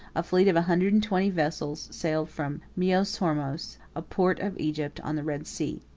a fleet of a hundred and twenty vessels sailed from myos-hormos, a port of egypt, on the red sea.